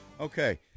Okay